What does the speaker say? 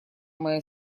мое